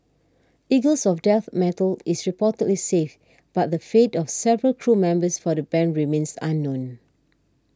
Eagles of Death Metal is reportedly safe but the fate of several crew members for the band remains unknown